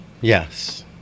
Yes